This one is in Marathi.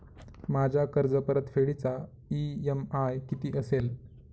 माझ्या कर्जपरतफेडीचा इ.एम.आय किती असेल?